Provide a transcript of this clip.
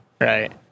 Right